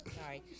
Sorry